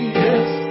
yes